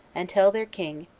and tell their king,